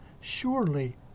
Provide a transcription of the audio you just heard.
Surely